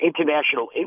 international